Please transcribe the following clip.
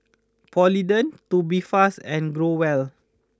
Polident Tubifast and Growell